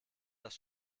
das